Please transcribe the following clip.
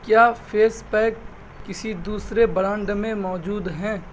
کیا face pack کسی دوسرے برانڈ میں موجود ہیں